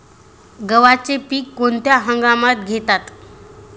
गव्हाचे पीक कोणत्या हंगामात घेतात?